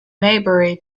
maybury